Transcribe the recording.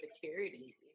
security